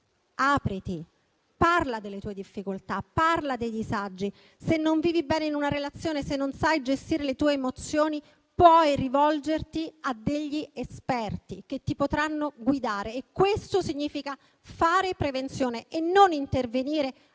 apriti, parla delle tue difficoltà, parla dei disagi; se non vivi bene in una relazione, se non sai gestire le tue emozioni, puoi rivolgerti a esperti che ti potranno guidare. Questo significa fare prevenzione e non intervenire *a